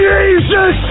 Jesus